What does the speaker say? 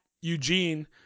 Eugene